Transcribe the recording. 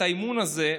את האמון הזה,